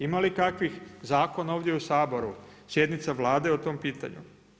Ima li kakvih zakona ovdje u Saboru, sjednica Vlade o tom pitanju?